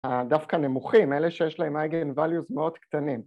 ‫הדווקא נמוכים, אלה שיש להם ‫אייגן ווליוס מאוד קטנים.